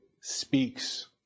speaks